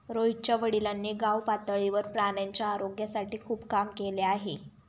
रोहितच्या वडिलांनी गावपातळीवर प्राण्यांच्या आरोग्यासाठी खूप काम केले आहे